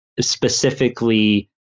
specifically